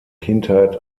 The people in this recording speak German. kindheit